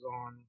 on